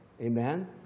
Amen